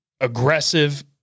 aggressive